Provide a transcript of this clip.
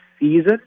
season